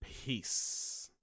peace